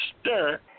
stir